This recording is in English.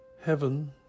heaven